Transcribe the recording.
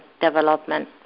development